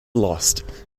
lost